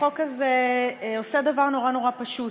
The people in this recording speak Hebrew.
החוק הזה עושה דבר נורא נורא פשוט: